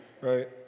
right